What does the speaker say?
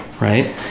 right